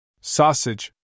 Sausage